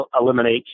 eliminate